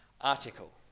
article